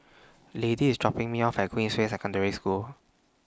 Lady IS dropping Me off At Queensway Secondary School